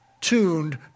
tuned